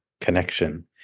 connection